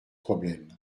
problème